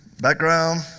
background